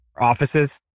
offices